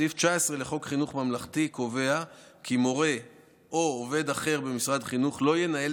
סעיף 19 לחוק חינוך ממלכתי קובע כי מורה או עובד אחר במשרד החינוך לא ינהל